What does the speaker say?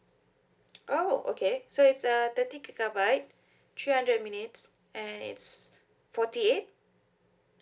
oh okay so it's uh thirty gigabyte three hundred minutes and it's forty eight